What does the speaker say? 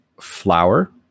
flower